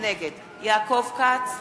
נגד יעקב כץ,